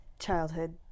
Childhood